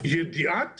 ידיעת